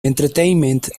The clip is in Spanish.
entertainment